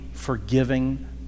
Forgiving